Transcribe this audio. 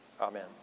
Amen